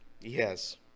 Yes